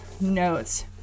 notes